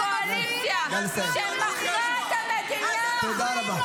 הקואליציה שמכרה את המדינה -- תודה רבה.